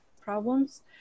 problems